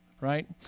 right